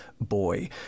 boy